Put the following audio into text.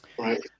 Right